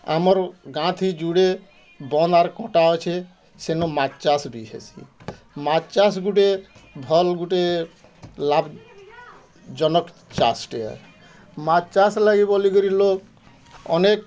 ଆମର୍ ଗାଁଥି ଯୁଡ଼େ ବନାର୍ କଣ୍ଟା ଅଛେ ସେନୁ ମାଛ୍ ଚାଷ୍ ବି ହେସିଁ ମାଛ୍ ଚାଷ ଗୁଟେ ଭଲ୍ ଗୁଟେ ଲାଭ୍ ଜନକ୍ ଚାଷ୍ ଟିଏ ମାଛ୍ ଚାଷ ଲାଗି ବୋଲିକରି ଲୋକ୍ ଅନେକ